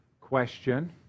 question